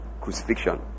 crucifixion